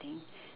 think